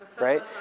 right